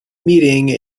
meeting